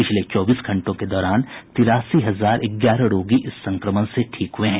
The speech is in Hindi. पिछले चौबीस घंटों के दौरान तिरासी हजार ग्यारह रोगी इस संक्रमण से ठीक हुए हैं